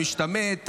המשתמט,